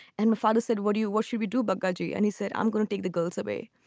and my father said, what do you what should we do, bugajski? and he said, i'm going to take the goes away.